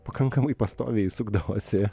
pakankamai pastoviai sukdavosi